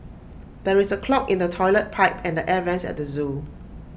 there is A clog in the Toilet Pipe and the air Vents at the Zoo